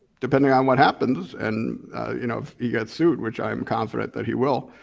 depending on what happens and you know, if he gets sued, which i am confident that he will,